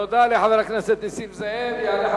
תודה לחבר הכנסת נסים זאב.